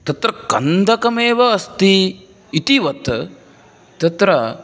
तत्र खन्दकमेव अस्ति इतिवत् तत्र